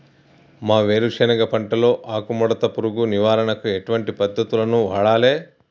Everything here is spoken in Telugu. మా వేరుశెనగ పంటలో ఆకుముడత పురుగు నివారణకు ఎటువంటి పద్దతులను వాడాలే?